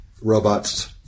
robots